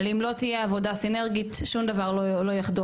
אבל אם לא תהיה עבודה סינרגית שום דבר לא יחדור.